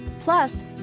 Plus